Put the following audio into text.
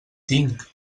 tinc